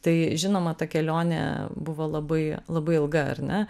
tai žinoma ta kelionė buvo labai labai ilga ar ne